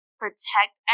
protect